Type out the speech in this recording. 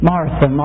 Martha